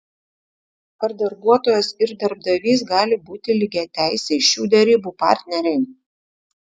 ar darbuotojas ir darbdavys gali būti lygiateisiai šių derybų partneriai